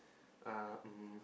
uh um